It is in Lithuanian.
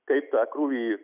kaip tą krūvį